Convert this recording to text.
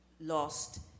lost